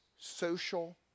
social